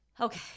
Okay